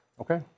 Okay